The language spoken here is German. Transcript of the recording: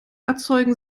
erzeugen